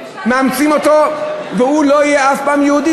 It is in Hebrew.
מאמצים אותו והוא לא יהיה אף פעם יהודי,